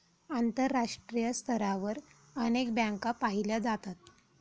आंतरराष्ट्रीय स्तरावर अनेक बँका पाहिल्या जातात